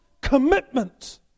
commitment